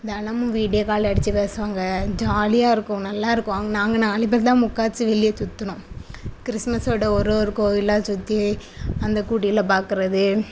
தினமும் video call அடிச்சு பேசுவாங்க ஜாலியாக இருக்கும் நல்லாயிருக்கும் நாங்கள் நாலு பேர் தான் முக்கால்வாசி வெளியே சுற்றினோம் கிறிஸ்மஸ்ஸோடய ஒரு ஒரு கோவிலாக சுற்றி அந்த குடிலை பார்க்குறது